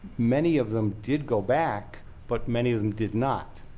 many of them did go back, but many of them did not.